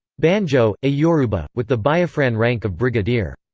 banjo, a yoruba, with the biafran rank of brigadier.